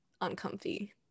uncomfy